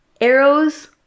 arrows